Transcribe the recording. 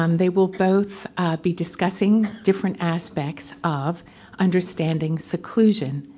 um they will both be discussing different aspects of understanding seclusion,